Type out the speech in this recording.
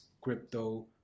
crypto